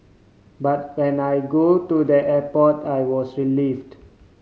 but when I go to their airport I was relieved